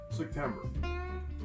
September